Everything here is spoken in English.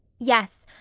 yes,